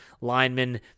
linemen